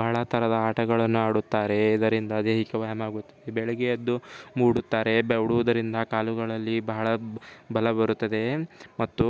ಬಹಳ ಥರದ ಆಟಗಳನ್ನು ಆಡುತ್ತಾರೆ ಇದರಿಂದ ದೈಹಿಕ ವ್ಯಾಯಾಮ ಆಗುತ್ತದೆ ಬೆಳಗ್ಗೆ ಎದ್ದು ಓಡುತ್ತಾರೆ ಓಡೋದರಿಂದ ಕಾಲುಗಳಲ್ಲಿ ಬಹಳ ಬಲ ಬರುತ್ತದೆ ಮತ್ತು